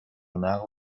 نقل